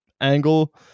angle